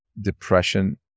Depression